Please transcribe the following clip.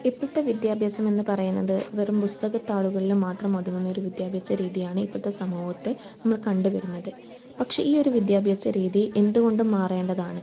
ഇപ്പോഴത്തെ വിദ്യാഭ്യാസം എന്ന് പറയുന്നത് വെറും പുസ്തകത്താളുകളില് മാത്രം ഒതുങ്ങുന്ന ഒരു വിദ്യാഭ്യാസ രീതിയാണ് ഇപ്പോഴത്തെ സമൂഹത്തിൽ നമ്മൾ കണ്ടു വരുന്നത് പക്ഷേ ഈയൊരു വിദ്യാഭ്യാസ രീതി എന്തുകൊണ്ടും മാറേണ്ടതാണ്